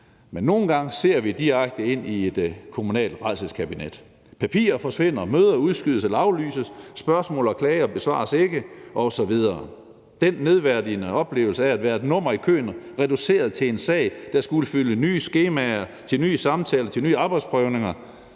ser nogle gange direkte ind i et kommunalt rædselskabinet: Papirer forsvinder, møder udskydes eller aflyses, spørgsmål og klager besvares ikke osv. Det er den nedværdigende oplevelse af at være et nummer i køen, reduceret til en sag, der skal udfylde nye skemaer, komme til nye samtaler og nye arbejdsprøvninger